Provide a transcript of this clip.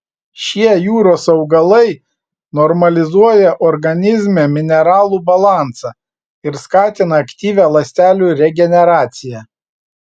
šie jūros augalai normalizuoja organizme mineralų balansą ir skatina aktyvią ląstelių regeneraciją